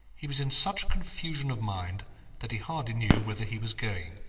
he was in such confusion of mind that he hardly knew whither he was going.